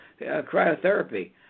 cryotherapy